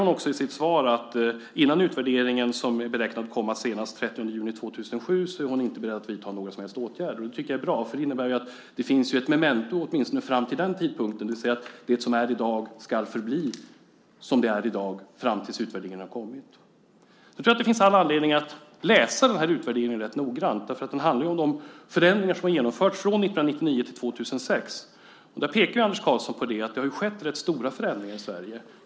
Hon säger i sitt svar att innan utvärderingen, som beräknas komma senast den 30 juni 2007, har kommit är hon inte beredd att vidta några som helst åtgärder. Det tycker jag är bra. Det innebär att det finns ett memento åtminstone fram till den tidpunkten. Det som är i dag ska förbli som det är i dag fram till dess att utvärderingen har kommit. Jag tror att det finns all anledning att läsa utvärderingen ganska noggrant. Den handlar ju om de förändringar som har genomförts från 1999 till 2006. Anders Karlsson pekar ju på att det har skett ganska stora förändringar i Sverige.